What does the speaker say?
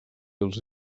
els